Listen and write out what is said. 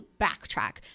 backtrack